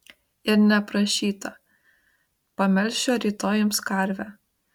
ir neprašyta pamelšiu rytoj jums karvę